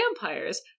vampires